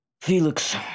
Felix